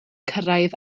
cyrraedd